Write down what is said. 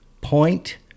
point